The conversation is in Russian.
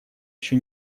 еще